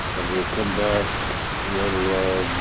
and we'll come back right around